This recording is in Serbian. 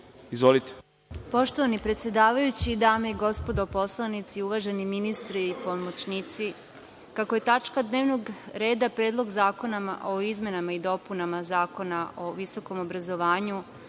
Poštovani predsedavajući, dame i gospodo narodni poslanici, uvaženi ministre i pomoćnici, kako je tačka dnevnog reda Predlog zakona o izmenama i dopunama Zakona o visokom obrazovanju,